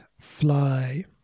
fly